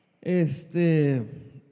Este